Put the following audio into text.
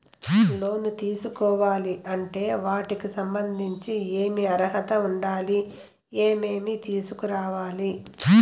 లోను తీసుకోవాలి అంటే వాటికి సంబంధించి ఏమి అర్హత ఉండాలి, ఏమేమి తీసుకురావాలి